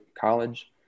college